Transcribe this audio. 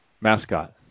mascot